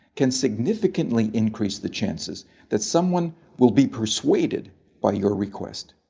can significantly increase the chances that someone will be persuaded by your request.